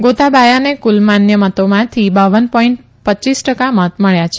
ગોતાબાયાને કુલ માન્ય મતોમાંથી બાવન પોઇન્ટ પય્યીસ ટકા મત મળ્યા છે